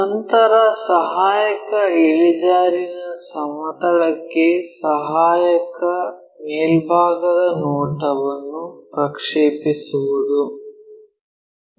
ನಂತರ ಸಹಾಯಕ ಇಳಿಜಾರಿನ ಸಮತಲಕ್ಕೆ ಸಹಾಯಕ ಮೇಲ್ಭಾಗದ ನೋಟವನ್ನು ಪ್ರಕ್ಷೇಪಿಸುವುದು